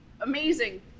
amazing